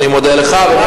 אני מודה לך, ב.